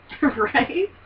Right